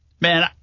Man